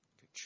Good